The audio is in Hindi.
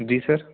जी सर